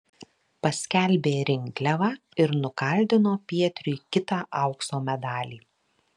paskelbė rinkliavą ir nukaldino pietriui kitą aukso medalį